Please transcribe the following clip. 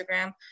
Instagram